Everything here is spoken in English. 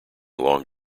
long